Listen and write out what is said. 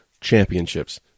Championships